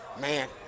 Man